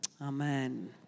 Amen